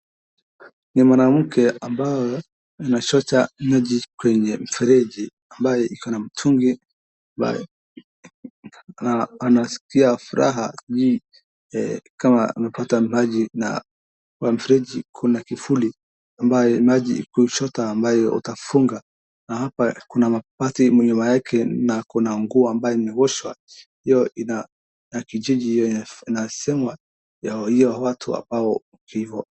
Ni mwanamke ambaye anachota maji kwenye mfereji ambayo ikona mtungi ambaye anasikia furaha nyingi kama amepata maji. Kwa mfereji kuna kifuli ambayo ukichota maji utafunga na hapo kuna mabati nyuma yake na kuna nguoa ambayo imeoshwa iyo kijiji inasema hao watu ambao hivo.